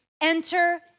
Enter